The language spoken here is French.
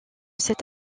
cet